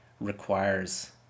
requires